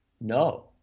No